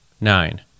nine